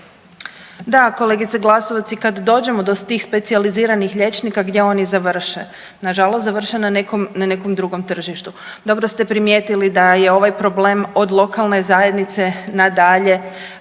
Da, kolegice Glasovac i kad dođemo do tih specijaliziranih liječnika gdje oni završe? Nažalost završe na nekom, na nekom drugom tržištu. Dobro ste primijetili da je ovaj problem od lokalne zajednice nadalje